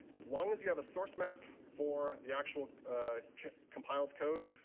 as long as you have a source map for the actual compiled code,